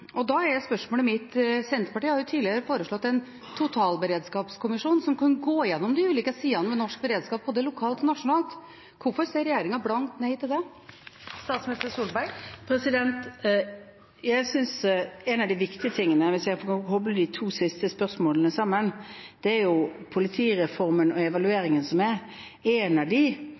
Da er spørsmålet mitt: Senterpartiet har tidligere foreslått en totalberedskapskommisjon som kan gå gjennom de ulike sidene ved norsk beredskap, både lokalt og nasjonalt. Hvorfor sier regjeringen blankt nei til det? Jeg synes en av de viktige tingene – hvis jeg kan koble de to siste spørsmålene sammen – er politireformen og evalueringen av den. En av de